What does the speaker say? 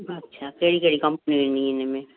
अच्छा कहिड़ी कहिड़ी कंपनी ईंदी आहिनि इनमें